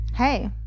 Hey